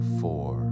four